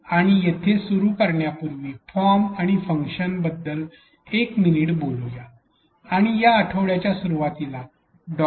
आणि इथे सुरू करण्यापूर्वी फॉर्म आणि फंक्शन बद्दल एक मिनिट बोलूया आणि या आठवड्याच्या सुरुवातीला डॉ